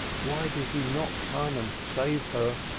why did he not come and save her?